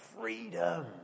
freedom